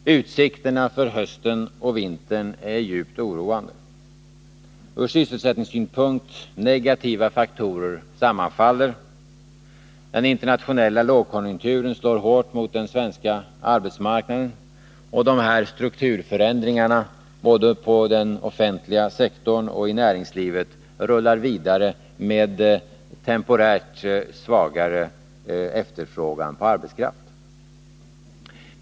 Utsikterna för hösten och vintern är djupt oroande. Ur sysselsättningssynpunkt negativa faktorer sammanfaller: den internationella lågkonjunkturen slår hårt mot den svenska arbetsmarknaden och strukturförändringarna inom både den offentliga sektorn och näringslivet rullar vidare med temporärt svagare efterfrågan på arbetskraft som följd.